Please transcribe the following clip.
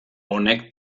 honek